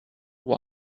why